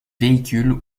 véhicule